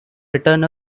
return